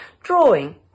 drawing